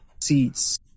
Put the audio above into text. seats